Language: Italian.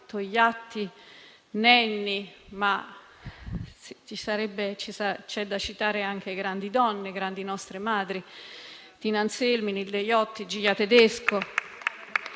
Togliatti, Nenni; sarebbero però da citare anche grandi donne, grandi nostre madri: Tina Anselmi, Nilde Iotti, Giglia Tedesco.